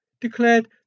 declared